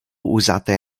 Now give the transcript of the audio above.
uzata